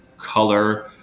color